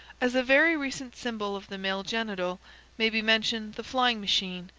as a very recent symbol of the male genital may be mentioned the flying machine,